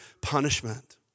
punishment